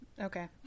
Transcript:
okay